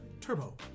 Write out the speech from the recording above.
Turbo